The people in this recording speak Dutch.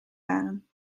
waren